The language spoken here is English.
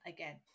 Again